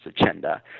agenda